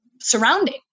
surrounding